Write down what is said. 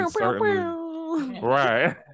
right